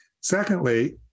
Secondly